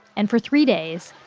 and for three days,